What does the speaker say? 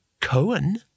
Cohen